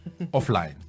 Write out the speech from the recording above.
offline